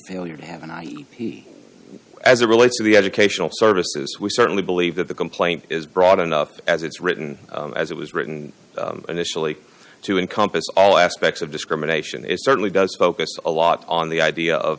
failure to have an eye as it relates to the educational services we certainly believe that the complaint is broad enough as it's written as it was written initially to encompass all aspects of discrimination is certainly does focus on lot on the idea of